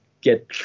get